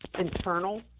internal